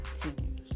continues